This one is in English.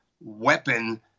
weapon